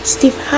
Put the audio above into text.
Steve